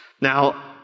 Now